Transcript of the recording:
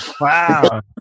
Wow